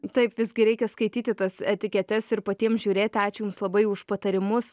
taip visgi reikia skaityti tas etiketes ir patiems žiūrėti ačiū jums labai už patarimus